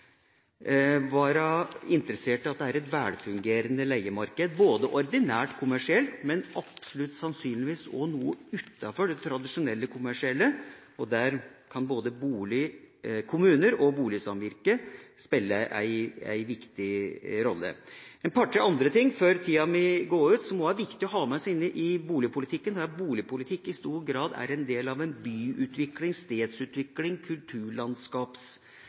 være interessert i at det er et velfungerende leiemarked, ikke bare ordinært kommersielt, men absolutt også sannsynligvis utenfor det tradisjonelle kommersielle. Der kan både boligkommuner og boligsamvirke spille en viktig rolle. Før tida mi går ut, er det også en par–tre andre ting som er viktige å ha med seg inn i boligpolitikken. Boligpolitikken er i stor grad en del av